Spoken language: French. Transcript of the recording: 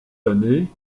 années